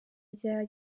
rya